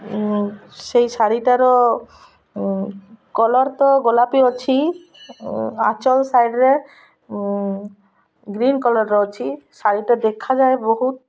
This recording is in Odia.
ସେହି ଶାଢ଼ୀଟାର କଲର୍ ତ ଗୋଲାପି ଅଛି ଆଞ୍ଚଲ୍ ସାଇଡ଼୍ରେେ ଗ୍ରୀନ୍ କଲର୍ର ଅଛି ଶାଢ଼ୀଟା ଦେଖାଯାଏ ବହୁତ